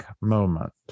moment